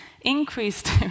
increased